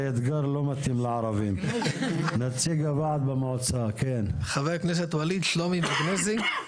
נציג הוועד במועצה, בבקשה.